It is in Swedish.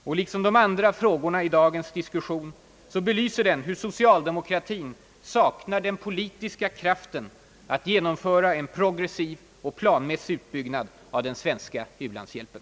Och liksom de andra frågorna i dagens diskussion belyser den hur socialdemokratin saknar den politiska kraften att genomföra en progressiv och planmäs sig utbyggnad av den svenska u-landshjälpen.